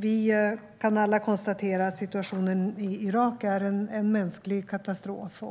Vi kan alla konstatera att situationen i Irak är en mänsklig katastrof.